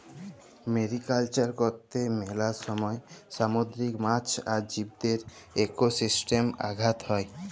mariculture করত্যে মেলা সময় সামুদ্রিক মাছ আর জীবদের একোসিস্টেমে আঘাত হ্যয়